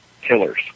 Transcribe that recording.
killers